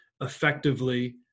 effectively